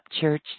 Church